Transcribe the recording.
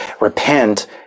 repent